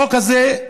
החוק הזה,